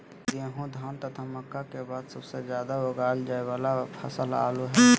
गेहूं, धान तथा मक्का के बाद सबसे ज्यादा उगाल जाय वाला फसल आलू हइ